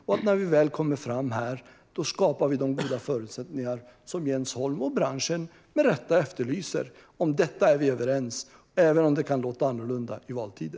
Och när vi väl kommer fram skapar vi de goda förutsättningar som Jens Holm och branschen med rätta efterlyser. Om detta är vi överens, även om det kan låta annorlunda i valtider.